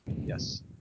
Yes